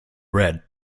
red